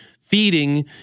feeding